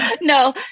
no